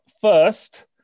first